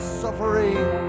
suffering